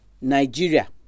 Nigeria